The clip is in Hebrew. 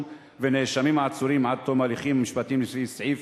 ועל נאשמים העצורים עד תום ההליכים המשפטיים לפי סעיף